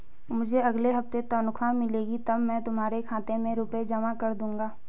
मुझे अगले हफ्ते तनख्वाह मिलेगी तब मैं तुम्हारे खाते में रुपए जमा कर दूंगा